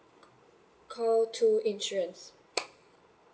call two insurance